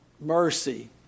mercy